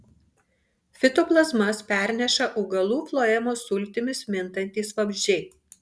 fitoplazmas perneša augalų floemos sultimis mintantys vabzdžiai